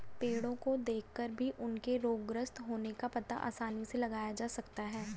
पेड़ो को देखकर भी उनके रोगग्रस्त होने का पता आसानी से लगाया जा सकता है